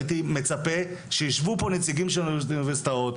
הייתי מצפה שישבו פה נציגים של האוניברסיטאות,